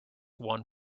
one